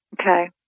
Okay